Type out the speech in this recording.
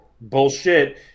Bullshit